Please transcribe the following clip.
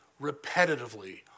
repetitively